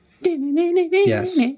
Yes